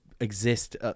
exist